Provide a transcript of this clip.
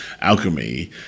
alchemy